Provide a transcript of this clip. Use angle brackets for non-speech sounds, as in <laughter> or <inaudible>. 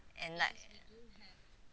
and like <breath>